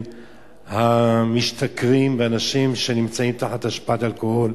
על-ידי המשתכרים ואנשים שנמצאים תחת השפעת אלכוהול,